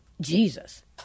jesus